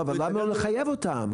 לא, אבל למה לא לחייב אותם?